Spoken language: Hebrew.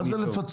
מה זה "לפצות"?